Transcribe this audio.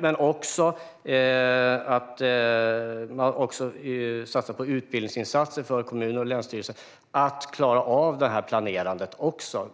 Man satsar också på utbildningsinsatser för kommuner och länsstyrelser när det gäller att klara av detta planerande